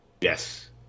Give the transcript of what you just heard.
Yes